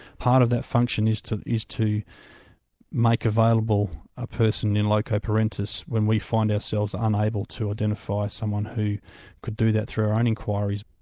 part of that function is to is to make available a person in loco parentis when we find ourselves unable to identify someone who could do that through our own inquiries.